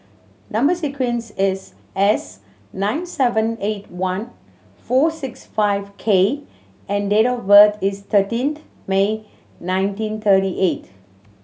number sequence is S nine seven eight one four six five K and date of birth is thirteenth May nineteen thirty eight